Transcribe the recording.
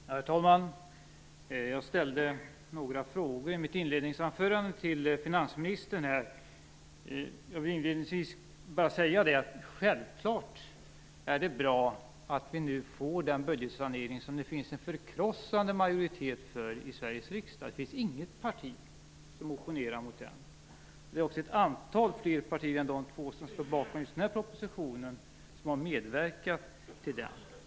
Herr talman! Jag ställde några frågor till finansministern i mitt inledningsanförande. Jag vill inledningsvis bara säga att det självklart är bra att vi nu får den budgetsanering som det finns en förkrossande majoritet för i Sveriges riksdag. Det finns inget parti som opponerar mot den. Det är också ett antal fler partier än de två som står bakom just den här propositionen som har medverkat till saneringen.